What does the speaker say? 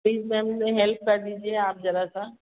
please ma'am मेरी help कर दीजिए आप ज़रा सा